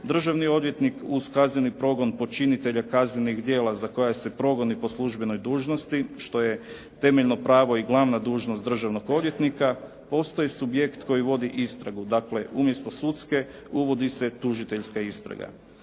državni odvjetnik uz kazneni progon počinitelja kaznenih djela za koja se progoni po službenoj dužnosti što je temeljno pravo i glavna dužnost državnog odvjetnika postoji subjekt koji vodi istragu. Dakle, umjesto sudske uvodi se tužiteljska istraga.